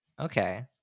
Okay